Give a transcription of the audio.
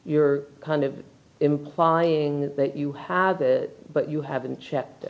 you're kind of implying that you had it but you haven't checked